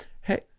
Hey